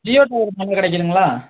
Jio phone tower கிடைக்குதுங்களா